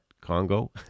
Congo